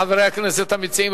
חברי הכנסת המציעים,